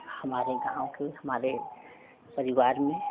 हमारे गाँव के हमारे परिवार में